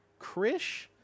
Krish